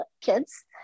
kids